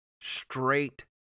straight